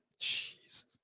Jeez